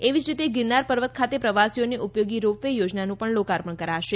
એવી જ રીતે ગીરનાર પર્વત ખાતે પ્રવાસીઓને ઉપયોગી રોપ વે યોજનાનું લોકાર્પણ કરાશે